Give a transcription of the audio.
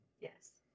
yes